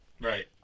Right